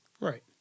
Right